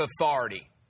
authority